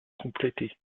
compléter